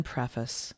Preface